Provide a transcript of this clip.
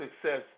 success